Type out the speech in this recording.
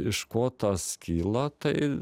iš ko tas kyla tai